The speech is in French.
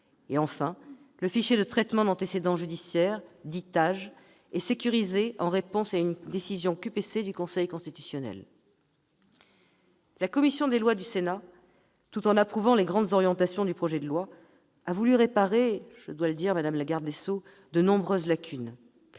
Enfin, le fichier de traitement d'antécédents judiciaires, le TAJ, est sécurisé en réponse à une décision QPC du Conseil constitutionnel. La commission des lois du Sénat, tout en approuvant les grandes orientations du projet de loi, a voulu réparer- je dois le dire, madame la garde des sceaux -de nombreuses lacunes